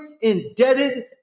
indebted